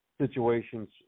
situations